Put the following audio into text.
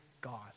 God